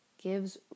gives